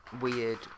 weird